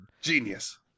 Genius